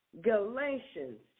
Galatians